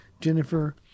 Jennifer